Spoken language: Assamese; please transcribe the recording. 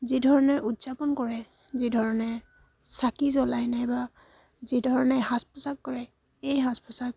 যিধৰণে উদযাপন কৰে যিধৰণে চাকি জ্বলায় নাইবা যিধৰণে সাজ পোছাক কৰে এই সাজ পোছাক